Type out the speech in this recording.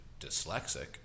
Dyslexic